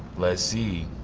let's see.